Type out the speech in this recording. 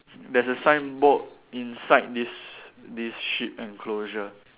there's a signboard inside this this sheep enclosure